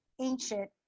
ancient